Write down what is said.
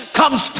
comes